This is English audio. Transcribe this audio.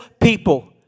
people